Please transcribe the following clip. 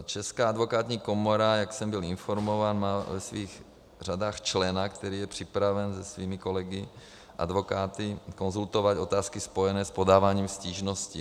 Česká advokátní komora, jak jsem byl informován, má ve svých řadách člena, který je připraven se svými kolegy advokáty konzultovat otázky spojené s podáváním stížností.